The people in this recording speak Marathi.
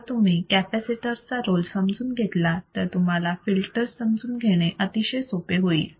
जर तुम्ही कॅपॅसिटर चा रोल समजून घेतलात तर तुम्हाला फिल्टर्स समजून घेणे अतिशय सोपे होईल